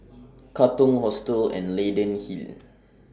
Katong Hostel and Leyden Hill